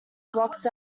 blocked